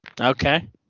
Okay